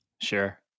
Sure